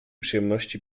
przyjemności